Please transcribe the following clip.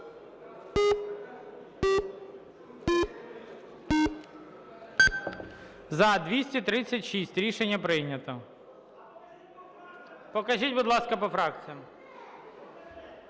За-236 Рішення прийнято. Покажіть, будь ласка, по фракціям.